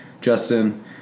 Justin